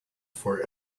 for